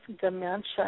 dementia